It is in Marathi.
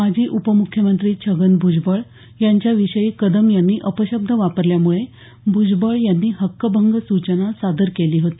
माजी उपमुख्यमंत्री छगन भ्जबळ यांच्या विषयी कदम यांनी अपशब्द वापरल्या मुळे भुजबळ यांनी हक्कभंग सूचना सादर केली होती